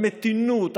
המתינות,